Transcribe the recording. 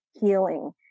healing